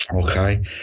Okay